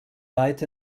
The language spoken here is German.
weit